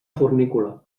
fornícula